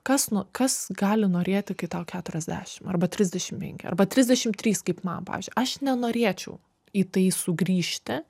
kas nu kas gali norėti kai tau keturiasdešim arba trisdešim penki arba trisdešim trys kaip ma pavyzdžiui aš nenorėčiau į tai sugrįžti